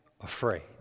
afraid